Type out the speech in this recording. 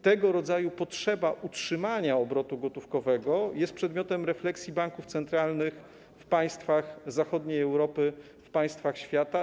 Tego rodzaju potrzeba utrzymania obrotu gotówkowego jest przedmiotem refleksji banków centralnych w państwach zachodniej Europy, w państwach świata.